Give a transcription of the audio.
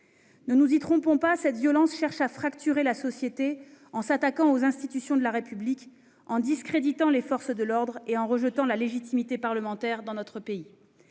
Ne nous y trompons pas : cette violence cherche à fracturer la société en s'attaquant aux institutions de la République, en discréditant les forces et l'ordre et en contestant la légitimité parlementaire. Notre